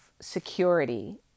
security